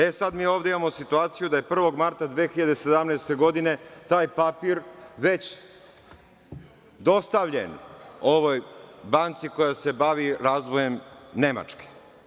E, sad, mi ovde imamo situaciju da je 1. marta 2017. godine taj papir već dostavljen ovoj banci koja se bavi razvojem Nemačke.